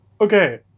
okay